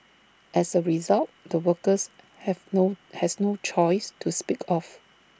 as A result the workers have no has no choice to speak of